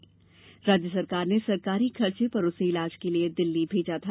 मध्यप्रदेष सरकार ने सरकारी खर्चे पर उसे इलाज के लिए दिल्ली भेजा था